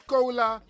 Cola